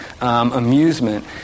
amusement